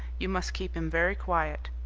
you must keep him very quiet,